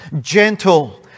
gentle